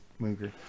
Mooger